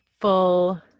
full